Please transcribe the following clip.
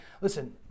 listen